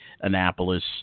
Annapolis